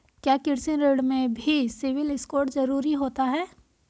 क्या कृषि ऋण में भी सिबिल स्कोर जरूरी होता है?